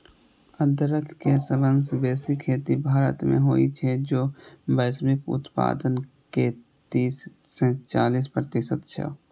अदरक के सबसं बेसी खेती भारत मे होइ छै, जे वैश्विक उत्पादन के तीस सं चालीस प्रतिशत छै